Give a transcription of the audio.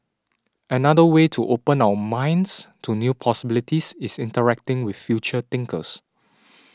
another way to open our minds to new possibilities is interacting with future thinkers